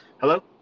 hello